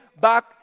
back